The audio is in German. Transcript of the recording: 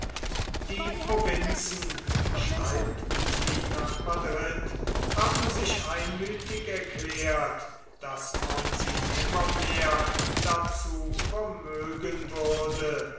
die provinzen schreibt sie nach madrid haben sich einmüthig erklärt daß man sie nimmermehr dazu vermögen würde